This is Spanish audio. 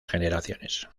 generaciones